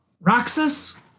Roxas